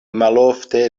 malofte